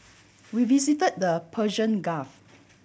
we visit the Persian Gulf